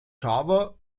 java